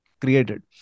created